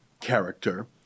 character